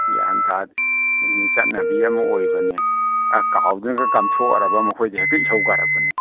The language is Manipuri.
ꯒ꯭ꯌꯥꯟ ꯇꯥꯗꯦ ꯎꯝ ꯆꯠꯅꯕꯤ ꯑꯃ ꯑꯣꯏꯕꯅꯦ ꯀꯥꯎꯗꯅꯒ ꯀꯥꯝꯊꯣꯛꯎꯔꯕ ꯃꯈꯣꯏꯗꯤ ꯍꯦꯛꯇ ꯏꯁꯧ ꯀꯥꯔꯛꯄꯅꯤ